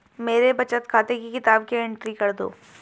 मेरे बचत खाते की किताब की एंट्री कर दो?